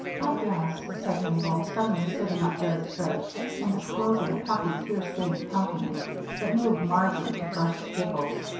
i guess, said mabel, suddenly sitting up very straight and disclosing a puffy, tear-stained countenance that moved marjory to fresh giggles,